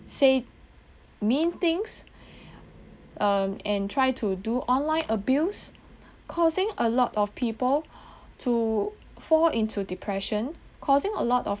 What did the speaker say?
say mean things um and try to do online abuse causing a lot of people to fall into depression causing a lot of